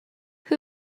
who